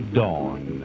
dawn